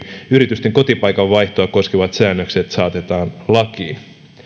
yritysten kotipaikan vaihtoa koskevat säännökset saatetaan lakiin